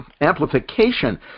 amplification